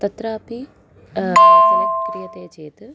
तत्रापि सेलेक्ट् क्रियते चेत्